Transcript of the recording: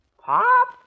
Pop